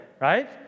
right